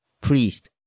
priest